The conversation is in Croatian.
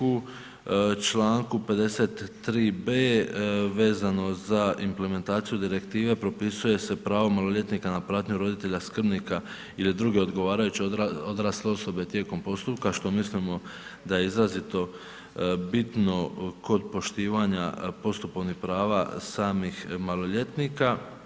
U članku 53. b vezano za implementaciju direktive propisuje se pravo maloljetnika na pratnju roditelja skrbnika ili druge odgovarajuće odrasle osobe tijekom postupka što mislim da je izrazito bitno kod poštivanja postupovnih prava samih maloljetnika.